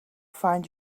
find